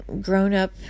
grown-up